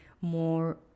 more